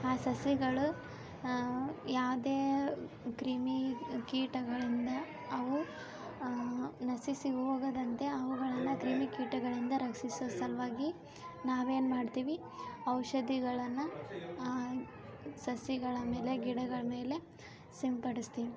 ಆ ಸಸಿಗಳು ಯಾವುದೇ ಕ್ರಿಮಿ ಕೀಟಗಳಿಂದ ಅವು ನಶಿಸಿ ಹೋಗದಂತೆ ಅವುಗಳನ್ನು ಕ್ರಿಮಿಕೀಟಗಳಿಂದ ರಕ್ಷಿಸೋ ಸಲುವಾಗಿ ನಾವೇನು ಮಾಡ್ತೀವಿ ಔಷಧಿಗಳನ್ನ ಸಸಿಗಳ ಮೇಲೆ ಗಿಡಗಳಮೇಲೆ ಸಿಂಪಡಿಸ್ತೀವಿ